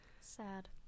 Sad